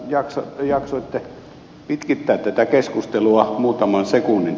hienoa kun jaksoitte pitkittää tätä keskustelua muutaman sekunnin